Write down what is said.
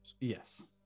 Yes